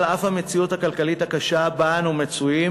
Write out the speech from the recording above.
על אף המציאות הכלכלית הקשה שבה אנו מצויים